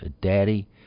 daddy